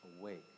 awake